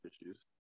issues